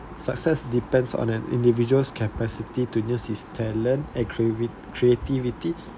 success depends on an individual's capacity to use his talent and creavi~ creativity